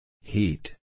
Heat